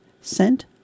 sent